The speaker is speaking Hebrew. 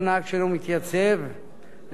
רשיונו יישלל עד השלמת הקורס,